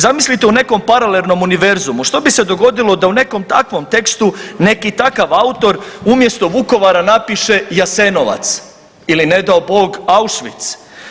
Zamislite u nekom paralelnom univerzumu što bi se dogodilo da u nekom takvom tekstu neki takav autor umjesto Vukovara napiše Jasenovac ili ne dao Bog Auschwitz?